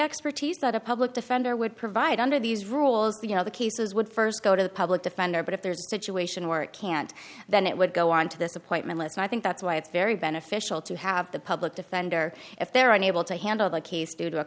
expertise that a public defender would provide under these rules you know the cases would first go to the public defender but if there's a situation where it can't then it would go on to this appointment listen i think that's why it's very beneficial to have the public defender if they're unable to handle the case due to a